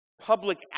public